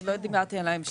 עוד לא דיברתי על ההמשך.